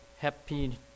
Happy